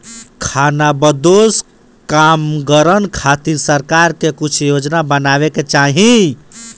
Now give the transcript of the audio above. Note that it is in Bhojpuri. खानाबदोश कामगारन खातिर सरकार के कुछ योजना बनावे के चाही